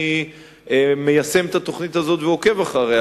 ואני בהחלט מיישם את התוכנית הזאת ועוקב אחריה.